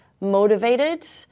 motivated